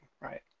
right